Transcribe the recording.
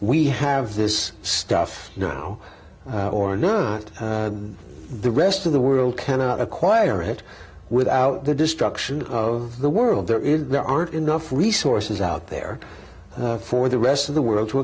we have this stuff you know or not the rest of the world cannot acquire it without the destruction of the world there is there aren't enough resources out there for the rest of the world to